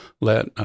let